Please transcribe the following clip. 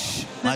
נתון כל כך חשוב,